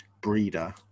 Breeder